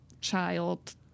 child